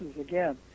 again